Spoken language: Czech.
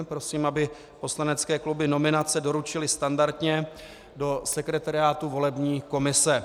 Prosím, aby poslanecké kluby nominace doručily standardně do sekretariátu volební komise.